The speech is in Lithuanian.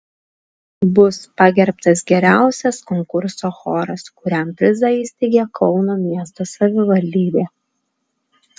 bus pagerbtas geriausias konkurso choras kuriam prizą įsteigė kauno miesto savivaldybė